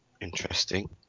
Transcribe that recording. interesting